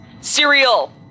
Cereal